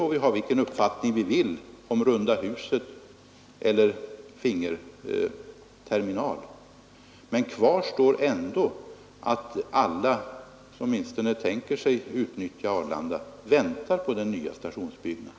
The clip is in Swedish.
Vi må ha vilken uppfattning vi vill om runda huset eller fingerterminalen, men kvar står ändå att alla som tänker utnyttja Arlanda väntar på den nya stationsbyggnaden.